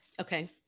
Okay